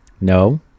No